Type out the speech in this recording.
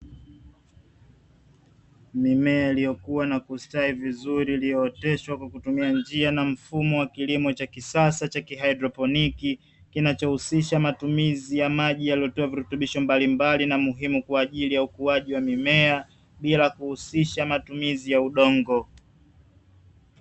Mimea iliyokuwa na kustawi vizuri iliyooteshwa kwa kutumia njia na mfumo wa kilimo cha kisasa cha kihaidroponi, kinachohusisha matumizi ya maji yaliyotiwa virutubisho mbalimbali na muhimu kwaajili ya ukuaji wa mimea bila kuhusisha matumizi ya udongo.